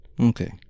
Okay